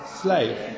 slave